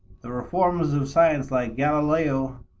the reformers of science like galileo,